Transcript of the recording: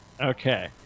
Okay